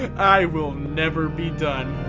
i will never be done!